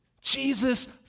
Jesus